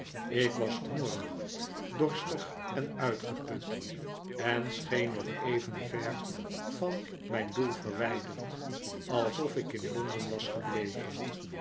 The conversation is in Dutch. ik was hongerig dorstig en uitgeput en scheen nog even ver van mijn doel verwijderd alsof ik in londen was gebleven